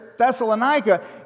Thessalonica